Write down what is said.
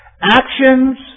Actions